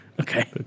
Okay